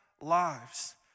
lives